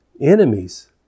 Enemies